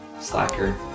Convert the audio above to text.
Slacker